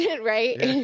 Right